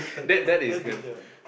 that that is the